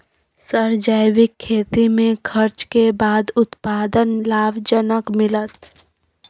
Sir जैविक खेती में खर्च के बाद उत्पादन लाभ जनक मिलत?